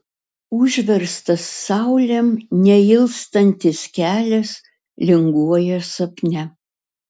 užverstas saulėm neilstantis kelias linguoja sapne